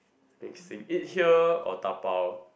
next thing eat here or dabao